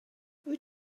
wyt